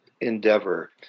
endeavor